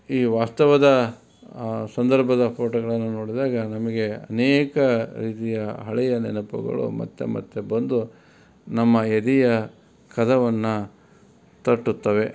ಈ ವಾಸ್ತವದ ಸಂದರ್ಭದ ಫೋಟೋಗಳನ್ನು ನೋಡಿದಾಗ ನಮಗೆ ಅನೇಕ ರೀತಿಯ ಹಳೆಯ ನೆನಪುಗಳು ಮತ್ತೆ ಮತ್ತೆ ಬಂದು ನಮ್ಮ ಎದೆಯ ಕದವನ್ನು ತಟ್ಟುತ್ತವೆ